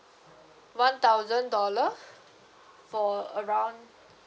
one thousand dollar for around